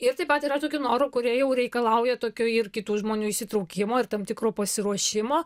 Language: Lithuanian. ir taip pat yra tokių norų kurie jau reikalauja tokio ir kitų žmonių įsitraukimo ir tam tikro pasiruošimo